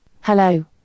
Hello